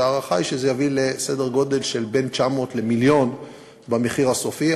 ההערכה היא שזה יביא לסדר גודל של בין 900,000 למיליון במחיר הסופי.